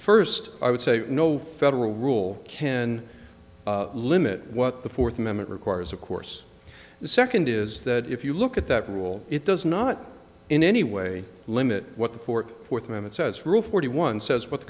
first i would say no federal rule can limit what the fourth amendment requires of course the second is that if you look at that rule it does not in any way limit what the for fourth minute says rule forty one says but the